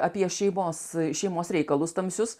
apie šeimos šeimos reikalus tamsius